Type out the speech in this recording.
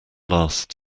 last